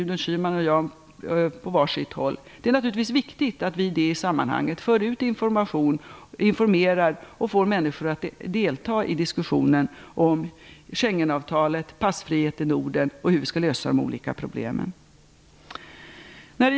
Det är naturligtvis viktigt att vi i det sammanhanget informerar och får människor att delta i diskussionen om Schengenavtalet, passfrihet i Norden och om hur vi skall lösa de olika problemen.